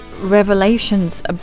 revelations